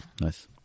Nice